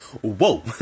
Whoa